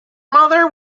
mother